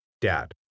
Dad